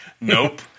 nope